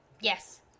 Yes